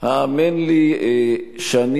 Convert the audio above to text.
האמן לי שאני,